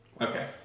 Okay